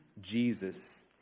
Jesus